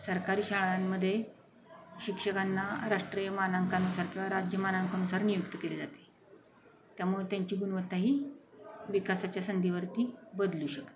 सरकारी शाळांमध्ये शिक्षकांना राष्ट्रीय मानांकनासारखं राज्य मानांकनानुसार नियुक्ती केली जाते त्यामुळं त्यांची गुणवत्ताही विकासाच्या संधीवरती बदलू शकते